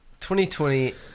2020